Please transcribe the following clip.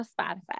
Spotify